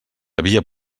havia